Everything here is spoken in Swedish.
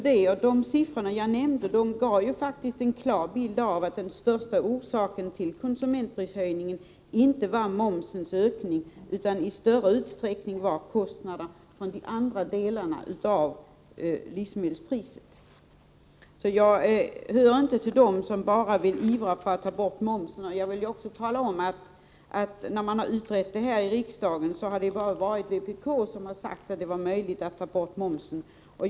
De siffror jag nämnde gav en klar bild av att den största orsaken till konsumentprishöjningen inte var momsens ökning utan att de stigande livsmedelspriserna i större utsträckning kom sig av andra delkostnader. Jag hör inte till dem som bara vill ivra för att ta bort momsen. Jag vill erinra om att när vi har utrett det har bara vpk sagt att det var möjligt att ta bort momsen.